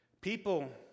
People